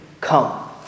come